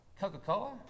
Coca-Cola